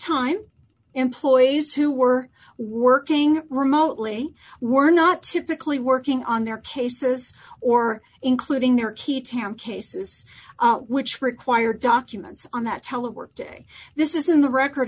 time employees who were working remotely were not typically working on their cases or including their key town cases which require documents on that telework day this isn't the record